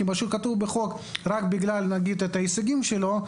כי מה שכתוב בחוק זה רק בגלל ההישגים שלו,